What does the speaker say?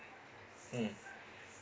mm